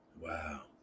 Wow